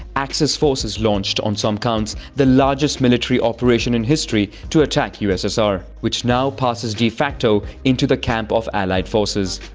axis forces launched on some counts the largest military operation in history to attack ussr, which now passes de facto into the camp of allied forces.